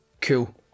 Cool